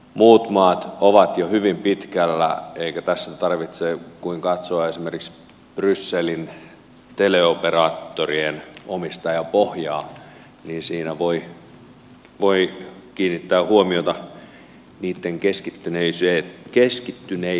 muut maat ovat jo hyvin pitkällä eikä tässä tarvitse kuin katsoa esimerkiksi brysselin teleoperaattorien omistajapohjaa niin siinä voi kiinnittää huomiota niitten keskittyneisyyteen